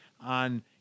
on